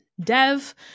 Dev